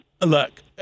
Look